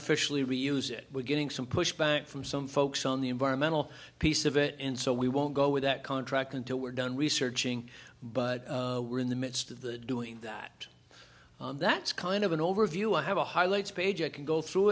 beneficially reuse it we're getting some pushback from some folks on the environmental piece of it and so we won't go with that contract until we're done researching but we're in the midst of the doing that that's kind of an overview i have a highlights page i can go through